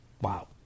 Wow